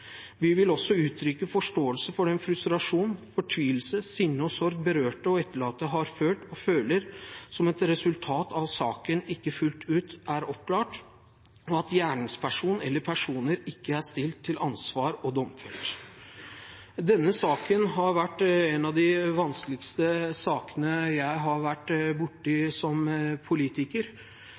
Vi vil også uttrykke forståelse for den frustrasjon, fortvilelse, sinne og sorg berørte og etterlatte har følt og føler som et resultat av at saken ikke fullt ut er oppklart, og at gjerningsperson eller gjerningspersoner ikke er stilt til ansvar og domfelt. Denne saken har vært en av de vanskeligste sakene jeg har vært borti som politiker.